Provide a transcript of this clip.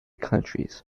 countries